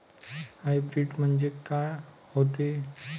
Hybrid म्हनजे का होते?